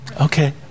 Okay